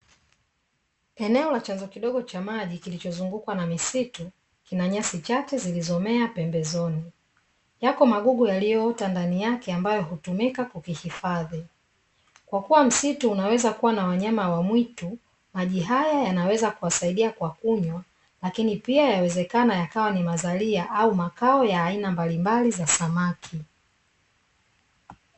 Eneo la chanzo kidogo cha maji, kilichozungukwa na misitu, kina nyasi chache zilizomea pembezoni, yako magugu yaliyoota ndani yake ambayo hutumika kukihifadhi, kwa kuwa msitu unaweza kuwa na wanyama wa mwitu, maji haya yanaweza kuwasaidia kwa kunywa, lakini pia yawezekana yakawa ni mazalia au makao ya aina mbalimbali za samaki.